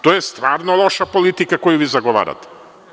To je stvarno loša politika koju vi zagovarate.